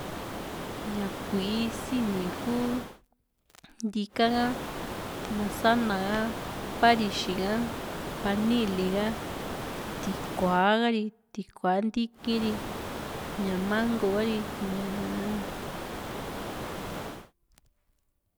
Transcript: ña kui´i sini yu ku ntika ha, masana ha, paxixi ha, panili ha, tikuaa ha ri, tikua ntíkii ri, ña mango ha ri, ñaa.